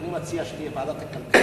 אני מציע שיהיה דיון בוועדת הכלכלה.